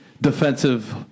defensive